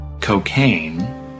Cocaine